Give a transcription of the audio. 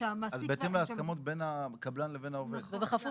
שהמעסיק --- אז בהתאם להסכמות בין הקבלן לבין העובד.